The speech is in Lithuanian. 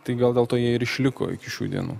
tai gal dėl to jie ir išliko iki šių dienų